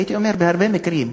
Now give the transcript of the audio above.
הייתי אומר בהרבה מקרים,